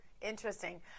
Interesting